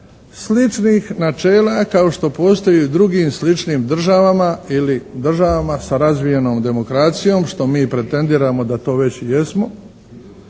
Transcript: sličnih načela kao što postoji u drugim sličnim državama ili državama sa razvijenom demokracijom, što mi pretendiramo da to već i jesmo